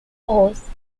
horse